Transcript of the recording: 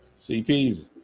CP's